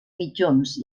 mitjons